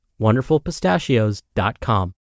Wonderfulpistachios.com